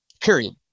period